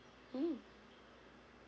mm